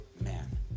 man